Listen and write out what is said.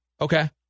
Okay